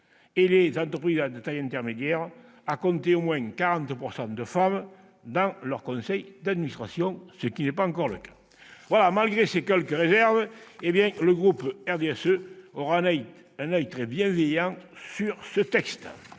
et les entreprises de taille intermédiaire à compter au moins 40 % de femmes dans leur conseil d'administration, ce qui n'est pas encore le cas. Malgré ces quelques réserves, le groupe du RDSE portera sur ce texte